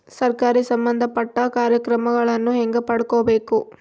ಸರಕಾರಿ ಸಂಬಂಧಪಟ್ಟ ಕಾರ್ಯಕ್ರಮಗಳನ್ನು ಹೆಂಗ ಪಡ್ಕೊಬೇಕು?